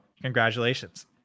Congratulations